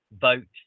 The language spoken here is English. vote